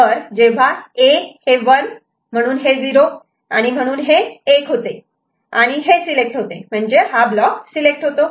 तर जेव्हा A 1 म्हणून हे 0 आणि म्हणून हे 1 होते आणि हे सिलेक्ट होते म्हणजे हा ब्लॉक सिलेक्ट होतो